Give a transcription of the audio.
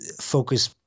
focus